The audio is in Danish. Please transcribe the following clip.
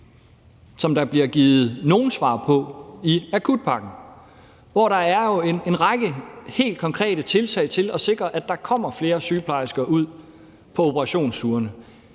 som der bliver givet nogle svar på i akutpakken, hvor der jo er en række helt konkrete tiltag til at sikre, at der kommer flere sygeplejersker ud på operationsstuerne.